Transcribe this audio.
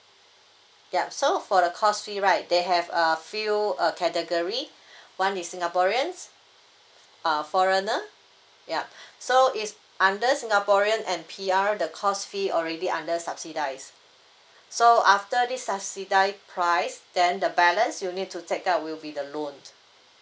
yup so for the course fee right they have a few uh category one is singaporeans uh foreigner yup so is under singaporean and P_R the course fee already under subsidised so after this subsidised price than the balance you need to take up will be the loan